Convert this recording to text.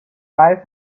five